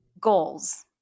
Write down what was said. goals